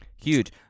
huge